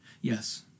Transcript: Yes